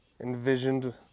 envisioned